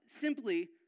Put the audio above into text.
Simply